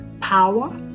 power